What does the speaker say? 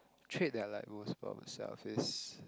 trait that I like most about myself is